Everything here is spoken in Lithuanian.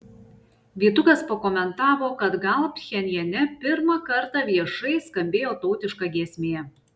vytukas pakomentavo kad gal pchenjane pirmą kartą viešai skambėjo tautiška giesmė